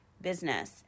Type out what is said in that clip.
business